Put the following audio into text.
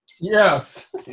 Yes